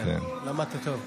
למדת טוב.